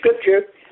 scripture